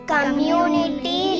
Community